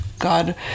God